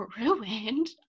ruined